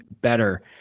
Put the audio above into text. better